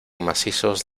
macizos